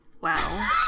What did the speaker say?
wow